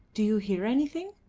do you hear anything?